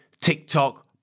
TikTok